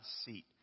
seat